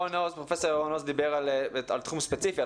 פרופסור ירון עוז דיבר על תחום ספציפי,